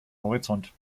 horizont